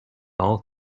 all